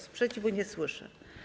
Sprzeciwu nie słyszę.